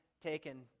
taken